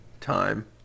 time